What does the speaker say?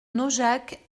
naujac